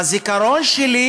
בזיכרון שלי